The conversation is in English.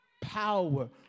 power